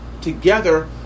together